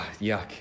Yuck